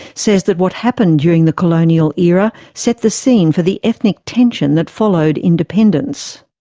says that what happened during the colonial era set the scene for the ethnic tension that followed independence.